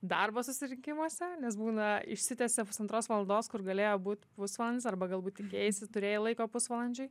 darbo susirinkimuose nes būna išsitęsia pusantros valandos kur galėjo būt pusvalandis arba galbūt tikėjaisi turėjai laiko pusvalandžiui